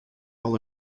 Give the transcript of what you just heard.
all